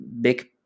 big